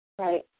Right